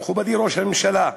מכובדי ראש הממשלה.